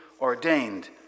ordained